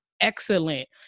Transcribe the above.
excellent